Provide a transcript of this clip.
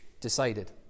decided